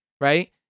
right